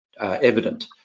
evident